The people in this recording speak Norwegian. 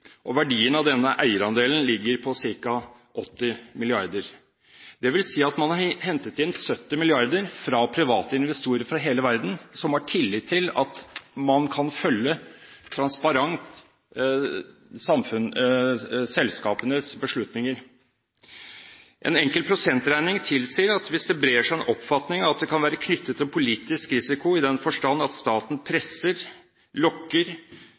og verdien av denne eierandelen ligger på ca. 80 mrd. kr. Det vil si at man har hentet inn 70 mrd. kr fra private investorer fra hele verden som har tillit til at man kan følge –transparent – selskapenes beslutninger. En enkel prosentregning tilsier at hvis det brer seg en oppfatning av at det kan være knyttet til en politisk risiko, i den forstand at staten f.eks. presser,